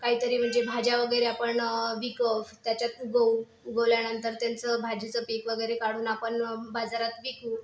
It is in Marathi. काहीतरी म्हणजे भाज्या वगैरे आपण वीक त्याच्यात उगवू उगवल्यानंतर त्याच भाजीचं पीक वगैरे काढून आपण बाजारात विकू